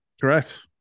Correct